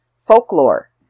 folklore